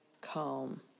calm